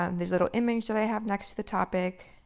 um this little image that i have next to the topic,